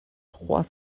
trois